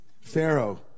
Pharaoh